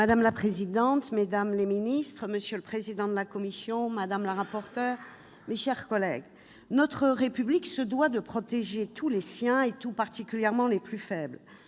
madame la ministre, madame la secrétaire d'État, monsieur le président de la commission, madame la rapporteur, mes chers collègues, notre République se doit de protéger tous les siens et tout particulièrement les plus faibles.